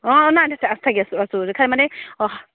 অঁ নাই তেতিয়া থাকি আছোঁ আছোঁ জেঠাই মানে অহা